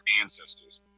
ancestors